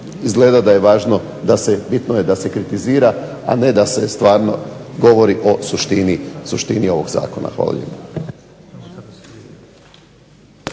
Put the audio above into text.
izgleda da je važno, bitno je da se kritizira, a ne da se stvarno govori o suštini ovog zakona. Hvala lijepo.